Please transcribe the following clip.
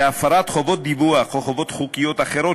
שהפרת חובות דיווח או חובות חוקיות אחרות